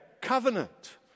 covenant